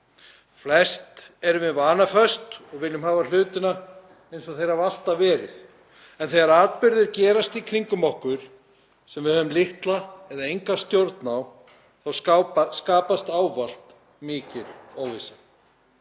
Flest erum við vanaföst og viljum hafa hlutina eins og þeir hafa alltaf verið og þegar atburðir gerast í kringum okkur sem við höfum litla eða enga stjórn á skapast ávallt mikil óvissa.